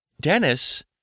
dennis